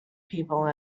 people